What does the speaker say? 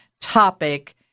topic